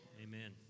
Amen